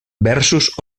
versos